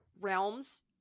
realms